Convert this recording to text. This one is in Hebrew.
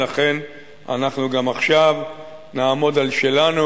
ולכן, אנחנו גם עכשיו נעמוד על שלנו.